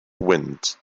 wind